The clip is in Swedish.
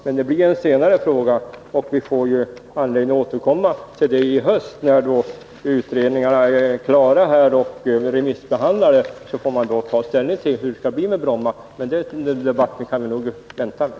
Men det blir en senare fråga, och vi får anledning att återkomma till den i höst. När utredningarna är klara och remissbehandlade, får man ta ställning till hur det skall bli med Bromma. Den debatten kan vi nog vänta med.